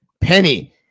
penny